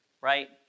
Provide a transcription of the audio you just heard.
right